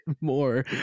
more